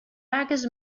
pagues